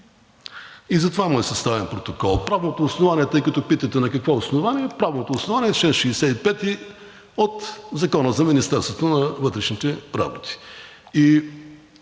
и затова му е съставен протокол. Тъй като питате на какво основание, правното основание е чл. 65 от Закона за Министерството на вътрешните работи.